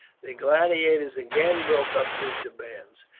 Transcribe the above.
the gladiators again broke up into bands,